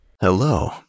Hello